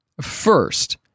First